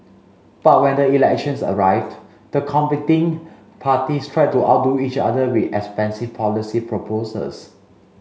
but when the elections arrived the competing parties tried to outdo each other with expensive policy proposals